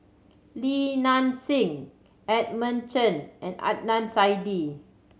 Li Nanxing Edmund Chen and Adnan Saidi